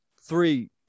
three